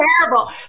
Terrible